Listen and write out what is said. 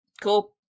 Cool